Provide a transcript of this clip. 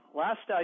last